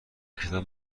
کتاب